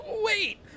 Wait